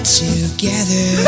together